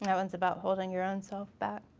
and one's about holding your own self back.